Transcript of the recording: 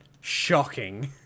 Shocking